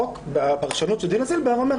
החוק בפרשנות של דינה זילבר אומר,